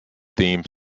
theme